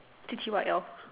T_T_Y_L